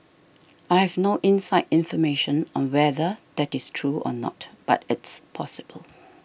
I have no inside information on whether that is true or not but it's possible